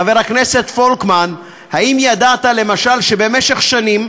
חבר הכנסת פולקמן, האם ידעת, למשל, שבמשך שנים,